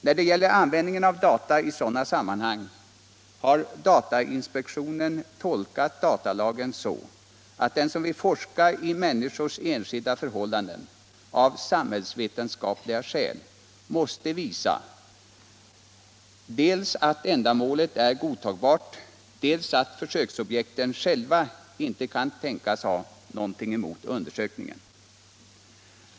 När det gäller användningen av data i sådana sammanhang har datainspektionen tolkat lagen så, att den som av samhällsvetenskapliga skäl vill forska i människors enskilda förhållanden måste visa dels att ändamålet är godtagbart, dels att försöksobjekten själva inte kan tänkas ha något emot undersökningen.